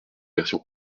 version